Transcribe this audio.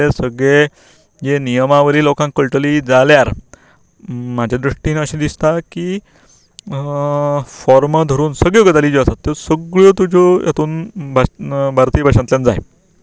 बँकेंतले सगळे जे नियमावरी लोकांक कळटले जाल्यार म्हाजे दृश्टीन अशे दिसता की फोर्म धरून सगळ्यो गजाली ज्यो आसात सगळ्यों तुज्यो हातून भारतीय भाशांतल्यान जाय